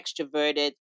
extroverted